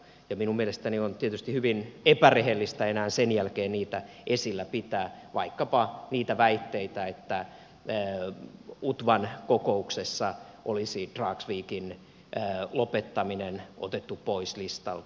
minun mielestäni on tietysti hyvin epärehellistä enää sen jälkeen niitä esillä pitää vaikkapa niitä väitteitä että utvan kokouksessa olisi dragsvikin lopettaminen otettu pois listalta